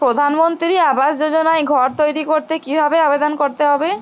প্রধানমন্ত্রী আবাস যোজনায় ঘর তৈরি করতে কিভাবে আবেদন করতে হবে?